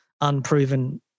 unproven